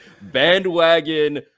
bandwagon